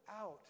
out